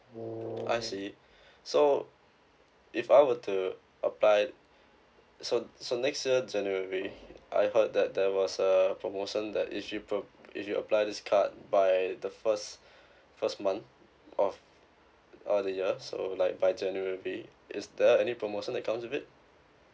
I see so if I were to apply so so next year january I heard that there was a promotion that if you ap~ if you apply this card by the first first month of uh the year so like by january is there any promotion that comes with it